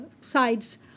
sides